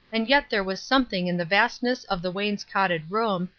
and yet there was something in the vastness of the wainscoted room,